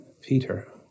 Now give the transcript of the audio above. Peter